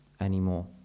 anymore